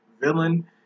villain